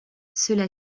cela